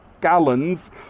gallons